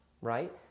right